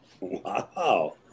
Wow